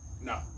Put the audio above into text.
no